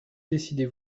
décidez